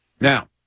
Now